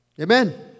Amen